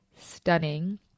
stunning